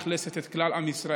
שמאכלסת את כלל עם ישראל,